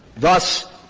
thus,